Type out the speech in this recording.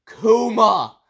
Kuma